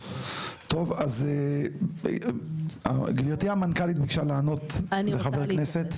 טוב, אז גברתי המנכ"לית ביקשה לענות לחבר הכנסת.